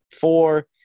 four